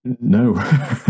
no